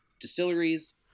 distilleries